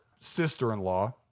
Sister-in-law